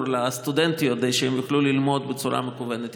לסטודנטיות כדי שהן יוכלו ללמוד בצורה מקוונת.